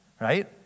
Right